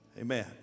amen